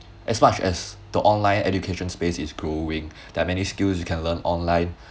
as much as the online education space is growing there are many skills you can learn online